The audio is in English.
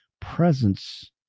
presence